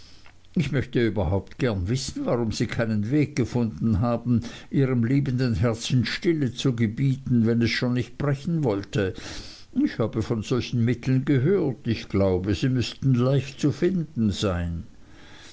ich möchte überhaupt gern wissen warum sie keinen weg gefunden haben ihrem liebenden herzen stille zu gebieten wenn es schon nicht brechen wollte ich habe von solchen mitteln gehört ich glaube sie müßten leicht zu finden sein